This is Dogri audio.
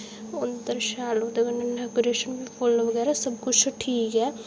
अंदर शैल ओह्दे कन्नै डैकोरेशन बी फुल्ल बगैरा सब कुश ठीक ऐ